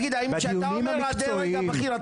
כשאתה אומר הדרג הבכיר,